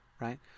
Right